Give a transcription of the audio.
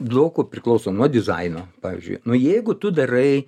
blokų priklauso nuo dizaino pavyzdžiui nu jeigu tu darai